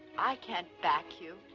i can't back you.